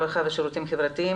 הרווחה והשירותים החברתיים.